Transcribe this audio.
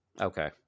Okay